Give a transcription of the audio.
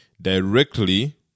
directly